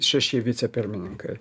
šeši vicepirmininkai